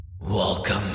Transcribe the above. Welcome